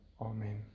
Amen